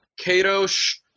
Kadosh